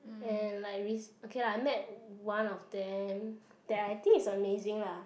and like rece~ okay lah I met one of them that I think is amazing lah